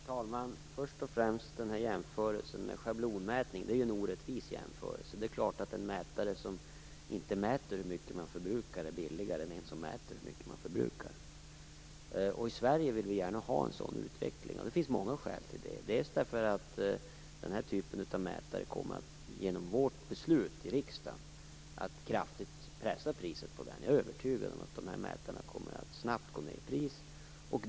Herr talman! Först och främst är jämförelsen med schablonmätning orättvis. Det är klart att en mätare som inte mäter hur mycket man förbrukar är billigare än en som gör det. I Sverige vill vi gärna ha en sådan här utveckling. Det finns många skäl till det. Genom vårt beslut i riksdagen kommer man att kraftigt kunna pressa priset på den här typen av mätare. Jag är övertygad om att dessa mätare snabbt kommer att gå ner i pris.